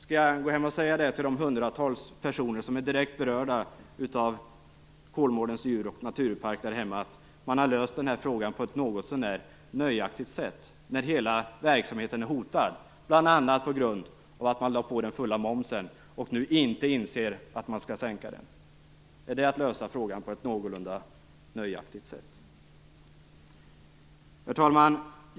Skall jag åka hem och säga till de hundratals personer som är direkt berörda av Kolmårdens djur och naturpark, att man har löst frågan på ett något så när nöjaktigt sätt? Hela verksamheten är ju hotad bl.a. på grund av att man har lagt på full moms och nu inte inser att man skall sänka den. Är detta att lösa frågan på ett något så när nöjaktigt sätt? Herr talman!